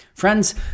Friends